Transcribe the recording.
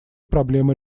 проблемы